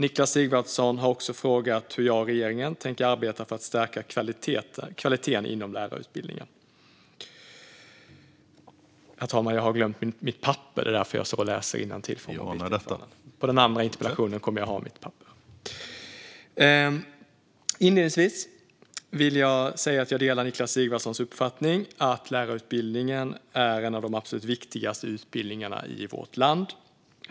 Niklas Sigvardsson har också frågat hur jag och regeringen tänker arbeta för att stärka kvaliteten inom lärarutbildningen. Inledningsvis vill jag säga att jag delar Niklas Sigvardssons uppfattning att lärarutbildningen är en av de absolut viktigaste utbildningarna i vårt land.